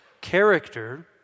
Character